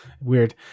Weird